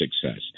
success